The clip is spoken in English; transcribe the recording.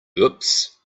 oops